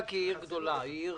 גדולה, עיר